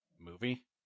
movie